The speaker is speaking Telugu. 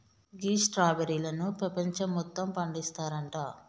గీ స్ట్రాబెర్రీలను పెపంచం మొత్తం పండిస్తారంట